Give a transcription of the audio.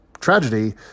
tragedy